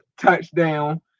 touchdown